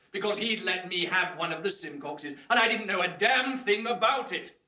because he'd let me have one of the simcox's and i didn't know a damn thing about it.